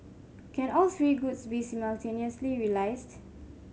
can all three goods be simultaneously realised